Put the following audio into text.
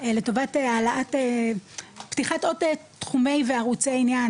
לטובת העלאת פתיחת עוד תחומי וערוצי עניין,